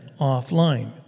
offline